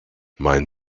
mein